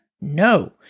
No